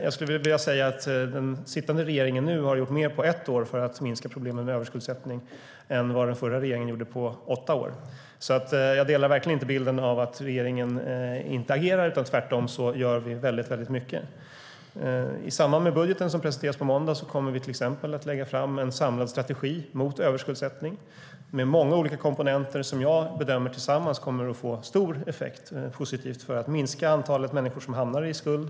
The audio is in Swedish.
Jag skulle vilja säga att den nu sittande regeringen på ett år gjort mer för att minska problemen med överskuldsättning än vad den förra regeringen gjorde på åtta år. Jag delar verkligen inte bilden av att regeringen inte agerar, tvärtom gör vi väldigt mycket. I samband med budgeten, som presenteras på måndag, kommer vi till exempel att lägga fram en samlad strategi mot överskuldsättning med många olika komponenter som jag bedömer tillsammans kommer att få en stor positiv effekt och minska antalet människor som hamnar i skuld.